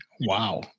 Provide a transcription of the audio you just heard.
Wow